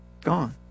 Gone